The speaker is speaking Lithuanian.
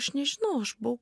aš nežinau aš buvau